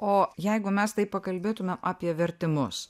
o jeigu mes taip pakalbėtumėm apie vertimus